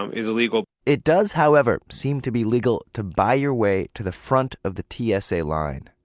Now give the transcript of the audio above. um is illegal. it does however, seem to be legal to buy your way to the front of the t s a. line.